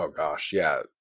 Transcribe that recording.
ah gosh. yeah.